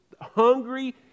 hungry